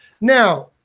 Now